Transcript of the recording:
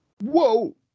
Whoa